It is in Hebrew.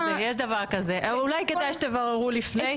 אולי כדאי שתבררו לפני,